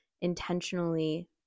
intentionally